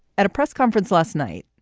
at a press conference last night,